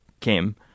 came